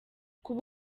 kuba